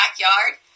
backyard